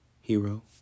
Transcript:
Hero